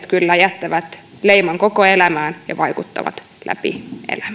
kyllä jättävät leiman koko elämään ja vaikuttavat läpi